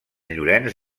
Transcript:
llorenç